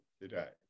today